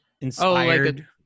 inspired